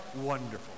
Wonderful